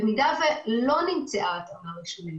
במידה שלא נמצאה התאמה ראשונה,